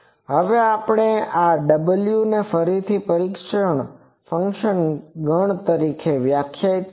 હવે આપણે આ w ને ફરીથી પરીક્ષણ ફંક્શનના ગણ તરીકે વ્યાખ્યાયિત કરીએ